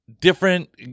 different